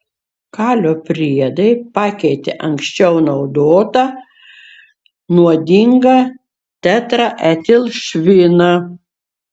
kalio priedai pakeitė anksčiau naudotą nuodingą tetraetilšviną